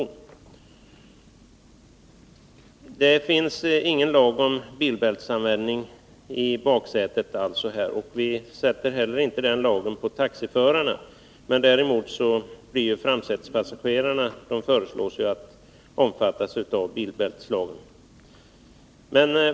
Det finns ingen lag om användning av bilbälte i baksätet, och vi tillämpar inte heller lagen om bilbältesanvändning på taxiförarna. Däremot föreslås det att framsätespassagerarna skall omfattas av bilbälteslagen.